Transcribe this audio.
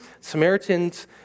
Samaritans